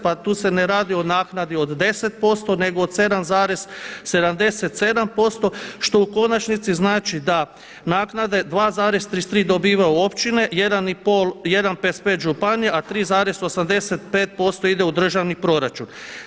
Pa tu se ne radi o naknadi od 10% nego od 7,77% što u konačnici znači da naknade 2,33 dobivaju općine, 1,55 županije a 3,85% ide u državni proračun.